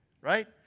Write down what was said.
right